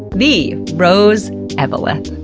the rose eveleth.